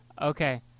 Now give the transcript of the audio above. Okay